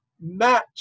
match